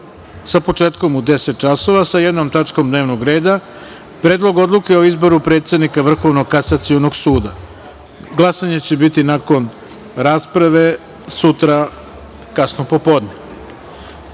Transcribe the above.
sa početkom u 10.00 časova sa jednom tačkom dnevnog reda – Predlog odluke o izboru predsednika Vrhovnog kasacionog suda. Glasanje će biti nakon rasprave sutra, kasno popodne. Saglasno